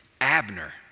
Abner